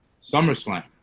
SummerSlam